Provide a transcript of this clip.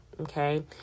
Okay